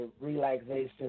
relaxation